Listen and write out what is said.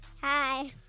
Hi